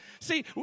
See